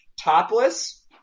topless